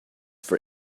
for